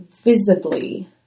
visibly